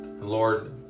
Lord